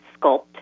sculpt